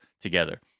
together